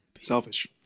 Selfish